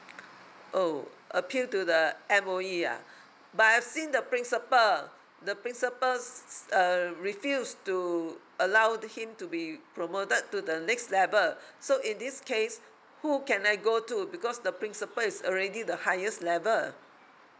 oh appeal to the M_O_E ah but I have seen the principal the principal err refused to allow him to be promoted to the next level so in this case who can I go to because the principal is already the highest level